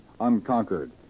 unconquered